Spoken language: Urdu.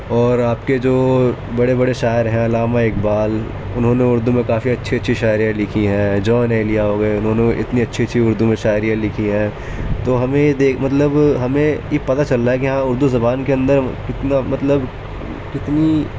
اور آپ کے جو بڑے بڑے شاعر ہیں علامہ اقبال انہوں نے اردو میں کافی اچھی اچھی شاعری لکھی ہیں جون ایلیا ہو گئے انہوں نے اتنی اچھی اچھی اردو میں شاعری لکھی ہیں تو ہمیں یہ دے مطلب ہمیں یہ پتا چل رہا ہے کہ ہاں اردو زبان کے اندر کتنا مطلب کتنی